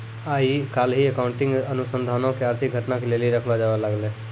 आइ काल्हि अकाउंटिंग अनुसन्धानो के आर्थिक घटना के लेली रखलो जाबै लागलै